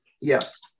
Yes